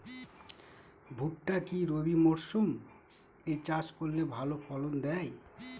ভুট্টা কি রবি মরসুম এ চাষ করলে ভালো ফলন দেয়?